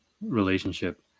relationship